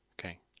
Okay